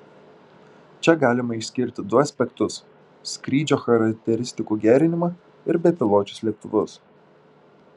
čia galima išskirti du aspektus skrydžio charakteristikų gerinimą ir bepiločius lėktuvus